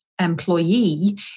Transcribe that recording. employee